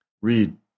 Read